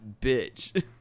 bitch